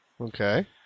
Okay